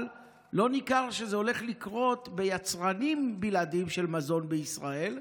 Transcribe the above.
אבל לא ניכר שזה הולך לקרות אצל יצרנים בלעדיים של מזון בישראל,